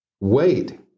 Wait